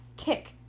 Kick